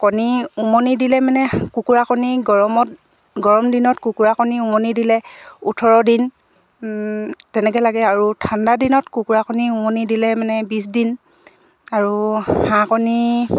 কণী উমনি দিলে মানে কুকুৰা কণী গৰমত গৰম দিনত কুকুৰা কণী উমনি দিলে ওঠৰ দিন তেনেকৈ লাগে আৰু ঠাণ্ডা দিনত কুকুৰা কণী উমনি দিলে মানে বিছ দিন আৰু হাঁহ কণী